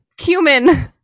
Cumin